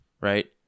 Right